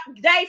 day